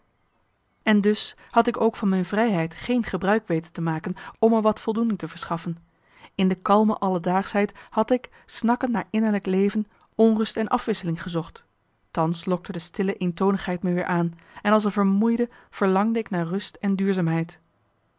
en dus had ik ook van mijn vrijheid geen gebruik weten te maken om me wat voldoening te verschaffen in de kalme alledaagschheid had ik snakkend naar innerlijk leven onrust en afwisseling gezocht thans lokte de stille eentonigheid me weer aan en als een vermoeide verlangde ik naar rust en duurzaamheid